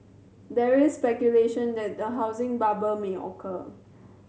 there is speculation that the housing bubble may occur